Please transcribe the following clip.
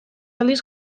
aldiz